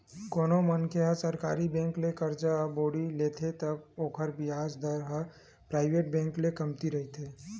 कोनो मनखे ह सरकारी बेंक ले करजा बोड़ी लेथे त ओखर बियाज दर ह पराइवेट बेंक ले कमती रहिथे